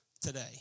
today